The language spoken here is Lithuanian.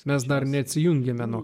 mes dar neatsijungiame nuo